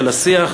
של השיח.